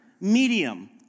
medium